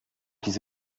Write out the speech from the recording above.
diese